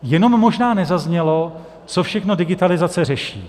Jenom možná nezaznělo, co všechno digitalizace řeší.